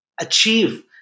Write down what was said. achieve